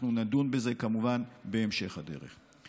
אנחנו נדון בזה כמובן בהמשך הדרך.